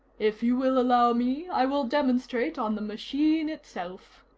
if you will allow me, i will demonstrate on the machine itself.